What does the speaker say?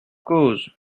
cause